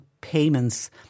payments